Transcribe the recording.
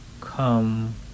come